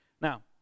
Now